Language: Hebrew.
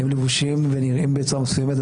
הם לבושים ונראים בצורה מסוימת,